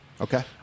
Okay